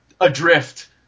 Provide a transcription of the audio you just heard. adrift